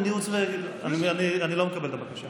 אני לא מקבל את הבקשה.